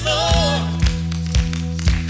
Lord